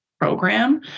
program